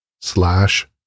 slash